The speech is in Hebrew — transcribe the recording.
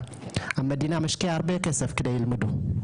המדינה משקיעה הרבה כסף כדי שהם ילמדו,